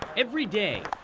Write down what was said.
every day,